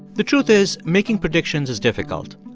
the truth is making predictions is difficult,